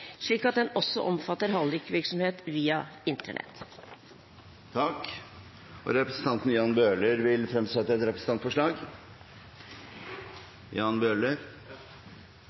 slik at den også omfatter hallikvirksomhet via Internett. Representanten Jan Bøhler vil fremsette et representantforslag.